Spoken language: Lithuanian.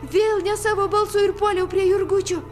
vėl nesavo balsu ir puoliau prie jurgučio